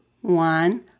one